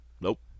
Nope